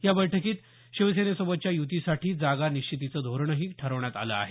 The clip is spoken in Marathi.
या बैठकीत शिवसेनेसोबतच्या युतीसाठी जागा निश्चितीचं धोरणही ठरवण्यात आलं आहे